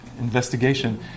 investigation